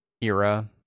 era